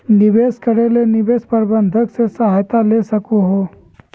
निवेश करे ले निवेश प्रबंधक से सहायता ले सको हो